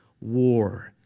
war